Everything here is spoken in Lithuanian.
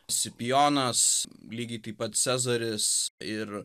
sipijonas lygiai taip pat cezaris ir